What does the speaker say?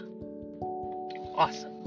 awesome